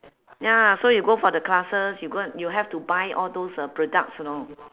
ya so you go for the classes you go and you have to buy all those uh products you know